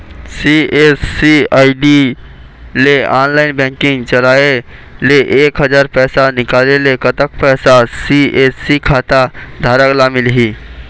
CSC ID ले online banking चलाए ले एक हजार पैसा निकाले ले कतक पैसा सी.एस.सी खाता धारक ला मिलही?